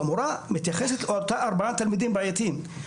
והמורה מתייחסת לאותם ארבעה תלמידים בעייתיים.